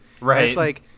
Right